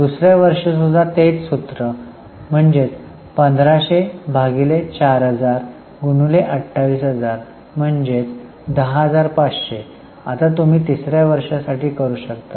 दुसऱ्या वर्षीसुद्धा तेच सूत्र 1500 भागिले 4000 गुणिले 28000 म्हणजेच 10500 आता तुम्ही तिसऱ्या वर्षी साठी करू शकतो